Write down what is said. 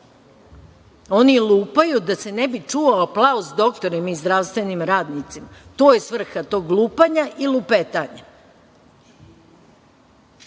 Oni lupaju da se ne bi čuo aplauz doktorima i zdravstvenim radnicima, to je svrha tog lupanja i lupetanja. Protiv